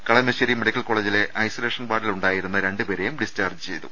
Kalamassery medical കോളേജിലെ isolation വാർഡിലുണ്ടായിരുന്ന രണ്ടുപേരെയും ഡിസ്ചാർജ്ജ് ചെയ്തു